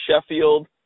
Sheffield